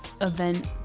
event